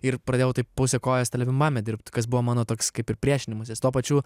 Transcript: ir pradėjau taip puse koja telebimbame dirbti kas buvo mano toks kaip ir priešinimasis tuo pačiu